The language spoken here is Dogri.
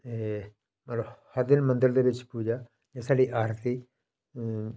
ते मतलब हर दिन मंदर दे बिच पूजा एह् साढ़े आरती